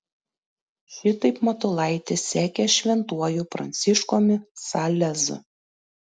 šitaip matulaitis sekė šventuoju pranciškumi salezu